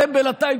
אתם בינתיים,